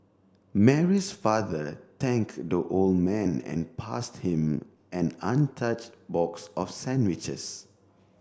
Mary's father thank the old man and passed him an untouch box of sandwiches